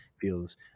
feels